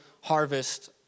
harvest